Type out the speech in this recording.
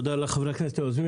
תודה לחברי הכנסת היוזמים,